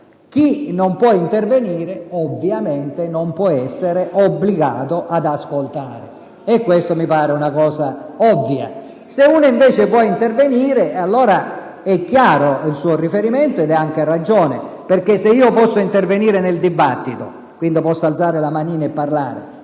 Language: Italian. Chi non può intervenire, ovviamente non può essere obbligato ad ascoltare, e questo mi pare ovvio. Se uno invece può intervenire, allora è chiaro il suo riferimento, senatore Perduca, ed ha ragione, perché se posso intervenire nel dibattito, posso alzare la mano e parlare.